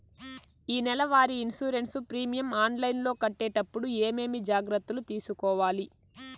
నా నెల వారి ఇన్సూరెన్సు ప్రీమియం ఆన్లైన్లో కట్టేటప్పుడు ఏమేమి జాగ్రత్త లు తీసుకోవాలి?